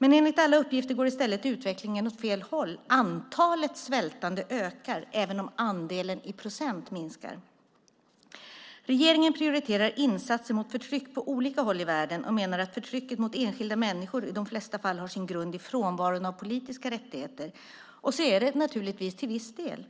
Men enligt alla uppgifter går utvecklingen i stället åt fel håll. Antalet svältande ökar även om andelen i procent minskar. Regeringen prioriterar insatser mot förtryck på olika håll i världen och menar att förtrycket mot enskilda människor i de flesta fall har sin grund i frånvaron av politiska rättigheter. Så är det naturligtvis till viss del.